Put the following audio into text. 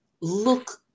look